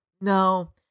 no